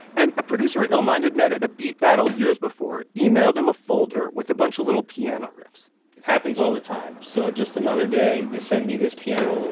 and a producer illmind had met at a beat battle years before emailed him a folder with a bunch of little piano riffs it happens all the time. so just another day they send me this piano